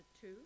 two